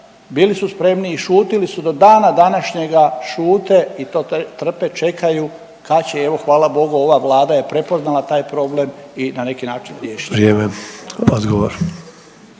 Bili su spremni i šutili su do dana današnjega šute i to trpe, čekaju kad će i evo hvala bogu ova Vlada je prepoznala taj problem i na neki način riješila.